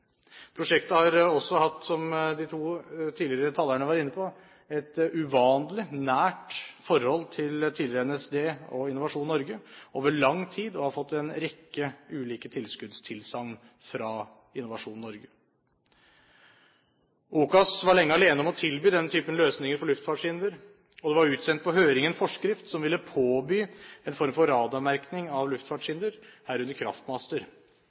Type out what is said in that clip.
Prosjektet har også hatt, som de to tidligere talerne var inne på, et uvanlig nært forhold til tidligere SND og Innovasjon Norge over lang tid og har fått en rekke ulike tilskuddstilsagn fra Innovasjon Norge. OCAS var lenge alene om å tilby den typen løsninger for luftfartshinder, og det var utsendt på høring en forskrift som ville påby en form for radarmerking av luftfartshinder, herunder kraftmaster.